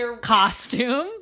Costume